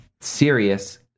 serious